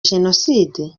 jenoside